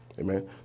amen